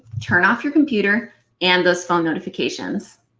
turn off your computer and those phone notifications.